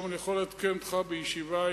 הם פגעו במישהו?